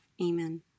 Amen